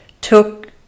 took